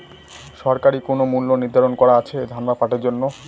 সরকারি কোন মূল্য নিধারন করা আছে ধান বা পাটের জন্য?